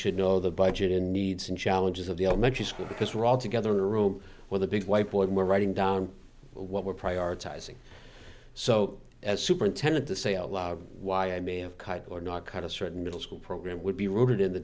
should know the budget in needs and challenges of the elementary school because we're all together in the room where the big white board we're writing down what we're prioritizing so as superintendent to say a lot of why i may have cut or not cut a certain middle school program would be rooted in the